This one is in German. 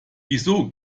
wieso